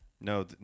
No